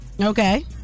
Okay